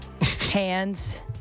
hands